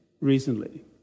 recently